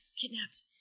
kidnapped